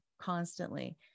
constantly